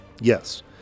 Yes